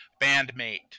bandmate